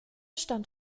stand